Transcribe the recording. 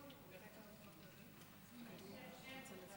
אני לא בטוח שאני אמצה את כל